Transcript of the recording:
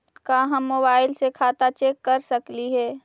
का हम मोबाईल से खाता चेक कर सकली हे?